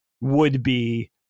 would-be